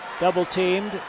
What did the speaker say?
Double-teamed